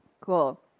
Cool